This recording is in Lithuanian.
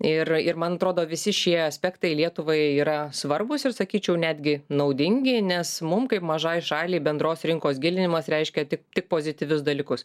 ir ir man atrodo visi šie aspektai lietuvai yra svarbūs ir sakyčiau netgi naudingi nes mum kaip mažai šaliai bendros rinkos gilinimas reiškia tik tik pozityvius dalykus